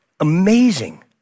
Amazing